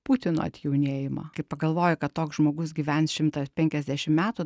putino atjaunėjimą kai pagalvoji kad toks žmogus gyvens šimtą penkiasdešimt metų